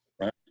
Right